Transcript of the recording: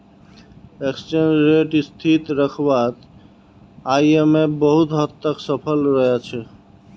exchange rate स्थिर रखवात IMF बहुत हद तक सफल रोया छे